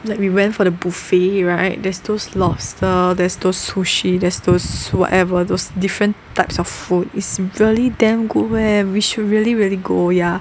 like we went for the buffet right there's those lobster there's those sushi there's those whatever those different types of food is really damn good leh we should really really go ya